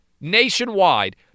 nationwide